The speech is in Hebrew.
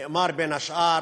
נאמר, בין השאר: